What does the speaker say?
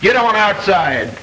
you don't want outside